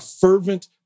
fervent